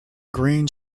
green